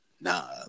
nah